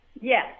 Yes